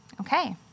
Okay